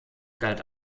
galt